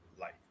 life